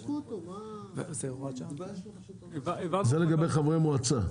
זה לגבי ראש מועצה?